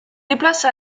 déplace